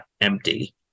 empty